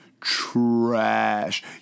trash